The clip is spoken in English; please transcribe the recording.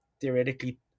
theoretically